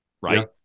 right